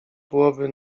byłoby